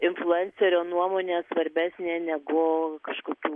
influencerio nuomonė svarbesnė negu kažkokių